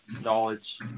knowledge